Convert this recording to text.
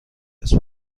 است